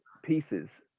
pieces